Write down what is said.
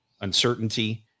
uncertainty